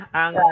ang